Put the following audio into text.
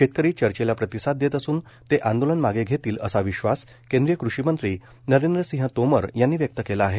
शेतकरी चर्चेला प्रतिसाद देत असून ते आंदोलन मागे घेतील असा विश्वास केंद्रीय कृषी मंत्री नरेंद्र सिंह तोमर यांनी व्यक्त केला आहे